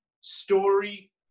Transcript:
story